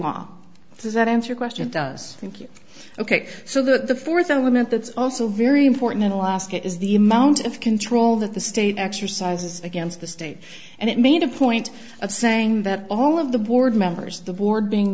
law does that answer a question does thank you ok so the fourth element that's also very important in alaska is the amount of control that the state exercises against the state and it made a point of saying that all of the board members of the board being